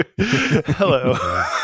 hello